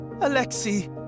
Alexei